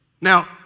Now